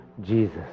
Jesus